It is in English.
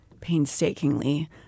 painstakingly